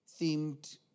Themed